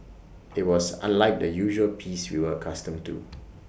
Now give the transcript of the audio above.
IT was unlike the usual peace we were accustomed to